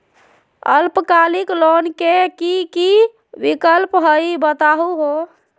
अल्पकालिक लोन के कि कि विक्लप हई बताहु हो?